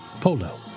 polo